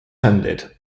handed